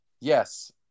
yes